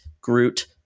groot